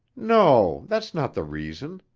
no, that's not the reason.